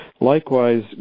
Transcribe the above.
Likewise